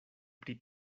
pri